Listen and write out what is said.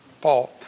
Paul